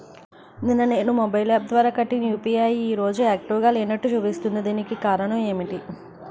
నిన్న నేను mobile app ద్వారా కట్టిన యు.పి.ఐ ఈ రోజు యాక్టివ్ గా లేనట్టు చూపిస్తుంది దీనికి కారణం ఏమిటి?